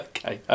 Okay